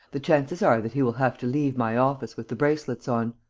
the chances are that he will have to leave my office with the bracelets on.